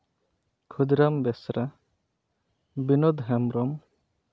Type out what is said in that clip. Khudiram Besra Binod Hembrom